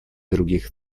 других